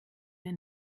der